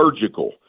surgical